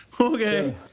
okay